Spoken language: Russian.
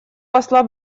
посла